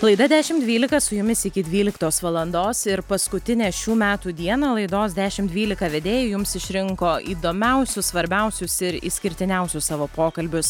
laida dešim dvylika su jumis iki dvyliktos valandos ir paskutinę šių metų dieną laidos dešimt dvylika vedėjai jums išrinko įdomiausius svarbiausius ir išskirtiniausius savo pokalbius